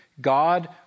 God